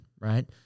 right